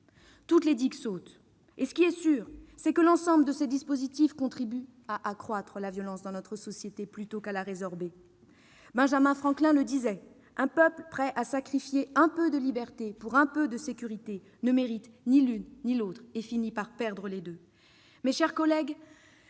Toutes les digues sautent. Ce qui est sûr, c'est que l'ensemble de ces dispositifs contribuent à accroître la violence dans notre société plutôt qu'à la résorber. Benjamin Franklin le disait :« Un peuple prêt à sacrifier un peu de liberté pour un peu de sécurité ne mérite ni l'une ni l'autre et finit par perdre les deux. » Mes chers collègues,